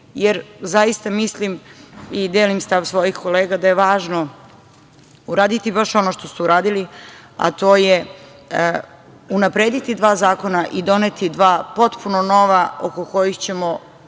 jer zaista mislim i delim stav svojih kolega da je važno uraditi baš ono što ste uradili, a to je unaprediti dva zakona i doneti dva potpuno nova oko kojih ćemo